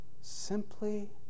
simply